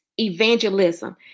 evangelism